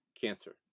cancer